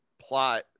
plot